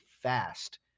fast